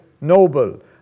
noble